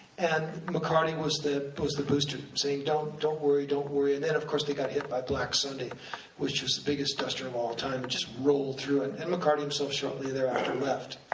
and mccarty was the but was the booster, saying, don't don't worry, don't worry, and then of course they got hit by black sunday, which was the biggest duster of all time, it just rolled through, and and mccarty himself shortly thereafter left.